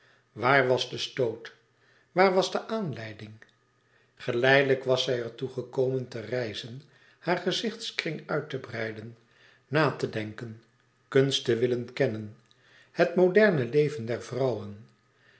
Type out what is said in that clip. waar was de stoot waar was de aanleiding geleidelijk was zij er toe gekomen te reizen haar gezichtskring uit te breiden na te denken kunst te willen kennen het leven te willen kennen het moderne leven der vrouwen